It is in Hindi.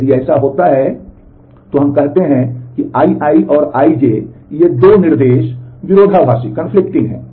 यदि ऐसा होता है तो हम कहते हैं कि Ii और Ij ये दो निर्देश विरोधाभासी हैं